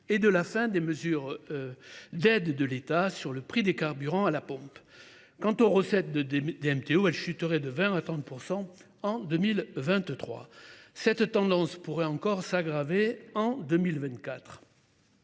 et de la fin des mesures d’aide de l’État sur le prix des carburants à la pompe. Les recettes de DMTO chuteraient de 20 % à 30 % en 2023. Cette tendance pourrait encore s’aggraver en 2024.